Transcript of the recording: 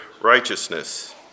righteousness